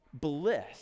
bliss